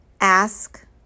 ask